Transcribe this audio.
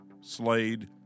Slade